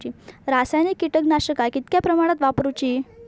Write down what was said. रासायनिक कीटकनाशका कितक्या प्रमाणात वापरूची?